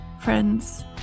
Friends